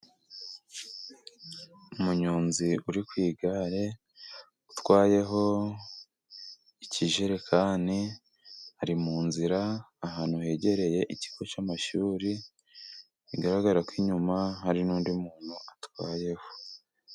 Umunyonzi uri ku igare utwayeho ikijerekani, ari mu nzira ahantu hegereye ikigo cy'amashuri, bigaragara ko inyuma hari n'undi muntu atwayeho.